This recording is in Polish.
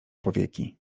powieki